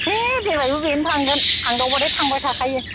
बे देग्लायबो बेनो थांगोन थांदावबाथाय थांबाय थाखायो